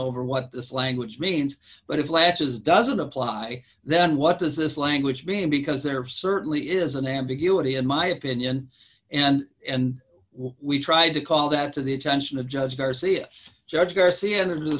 over what this language means but if last is doesn't apply then what does this language mean because there certainly is an ambiguity in my opinion and and we tried to call that to the attention of judge garcia judge garcia